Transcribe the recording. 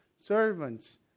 servants